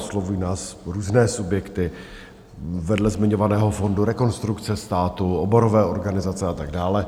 Oslovují nás různé subjekty, vedle zmiňovaného fondu Rekonstrukce státu, oborové organizace a tak dále.